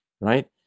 Right